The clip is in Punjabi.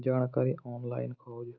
ਜਾਣਕਾਰੀ ਔਨਲਾਈਨ ਖੋਜ